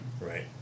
Right